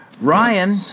Ryan